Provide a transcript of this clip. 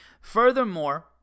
furthermore